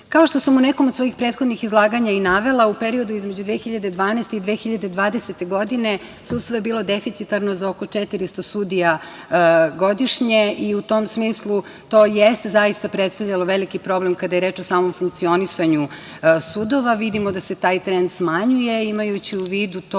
što sam u nekom od svojih prethodnih izlaganja i navela, u periodu između 2012. i 2020. godine, sudstvo je bilo deficitarno za oko 400 sudija godišnje, i u tom smislu to jeste zaista predstavljalo veliki problem kada je reč o samom funkcionisanju sudova. Vidimo da se taj trend smanjuje, imajući u vidu to